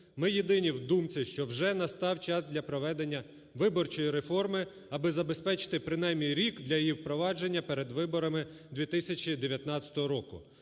Ми єдині в думці, що вже настав час для проведення виборчої реформи, аби забезпечити принаймні рік для її впровадження перед виборами 2019 року.